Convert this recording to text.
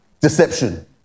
Deception